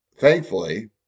thankfully